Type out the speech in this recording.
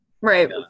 Right